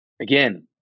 Again